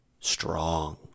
strong